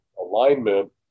alignment